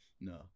No